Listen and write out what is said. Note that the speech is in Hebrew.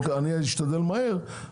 אני אשתדל מהר,